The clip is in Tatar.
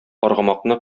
аргамакны